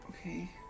okay